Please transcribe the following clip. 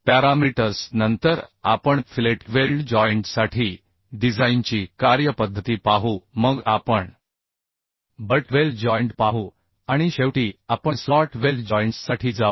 parameters नंतर आपण fillet weld जॉइंटसाठी डिझाइनची कार्यपद्धती पाहू मग आपण बट वेल्ड जॉइंट पाहू आणि शेवटी आपण स्लॉट वेल्ड जॉइंट्ससाठी जाऊ